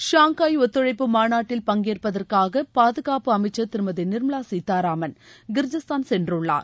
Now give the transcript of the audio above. Shanghai ஒத்துழைப்பு மாநாட்டில் பங்கேற்பதற்காக பாதுகாப்பு அமைச்சர் திருமதி நிர்மலா சீதாராமன் கிர்ஜிஸ்தான் சென்றுள்ளார்